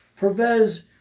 Pervez